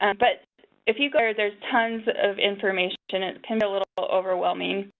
and but if you go there, there is tons of information. it can be a little overwhelming,